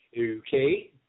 Okay